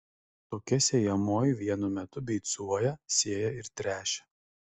tokia sėjamoji vienu metu beicuoja sėja ir tręšia